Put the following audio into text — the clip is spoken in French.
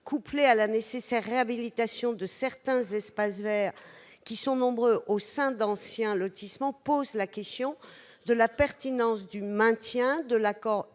couplées à la nécessaire réhabilitation de certains espaces verts, qui sont nombreux au sein d'anciens lotissements, posent la question de la pertinence du maintien de l'accord